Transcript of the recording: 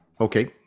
Okay